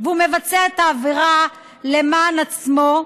והוא מבצע את העבירה למען עצמו,